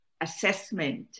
assessment